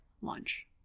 lunch